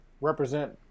represent